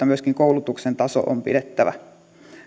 myöskin koulutuksen taso on pidettävä